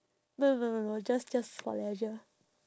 no no no no no just just for leisure